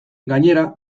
gainera